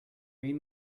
read